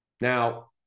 Now